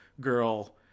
girl